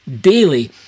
Daily